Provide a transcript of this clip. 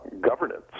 governance